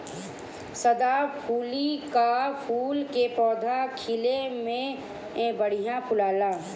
सदाफुली कअ फूल के पौधा खिले में बढ़िया फुलाला